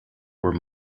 were